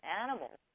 animals